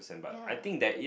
ya